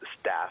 staff